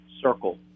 circle